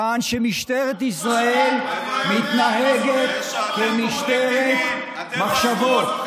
טען שמשטרת ישראל מתנהגת כמשטרת מחשבות.